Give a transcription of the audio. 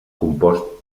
compost